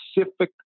specific